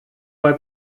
bei